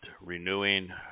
renewing